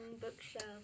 bookshelf